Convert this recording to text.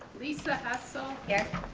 lisa hassel. yeah